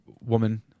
woman